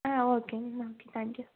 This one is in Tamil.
ஆ ஓகேங்கம்மா ஓகே தேங்க் யூ